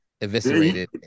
eviscerated